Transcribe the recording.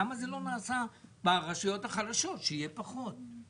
למה זה לא נעשה ברשויות החלשות שיהיה פחות?